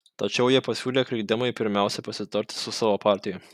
tačiau jie pasiūlė krikdemui pirmiausia pasitarti su savo partija